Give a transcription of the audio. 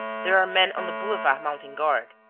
there are men on the boulevard mounting guard.